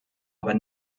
aber